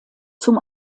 zum